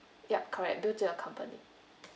yup correct bill to you company